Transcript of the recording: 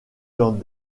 dans